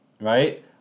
right